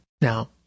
Now